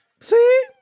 See